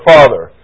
Father